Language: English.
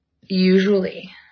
Usually